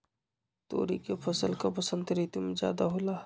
तोरी के फसल का बसंत ऋतु में ज्यादा होला?